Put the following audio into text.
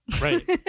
right